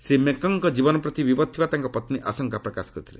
ଶ୍ରୀ ମେଙ୍ଗଙ୍କ ଜୀବନ ପ୍ରତି ବିପଦ ଥିବା ତାଙ୍କ ପତ୍ନୀ ଆଶଙ୍କା ପ୍ରକାଶ କରିଥିଲେ